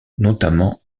notamment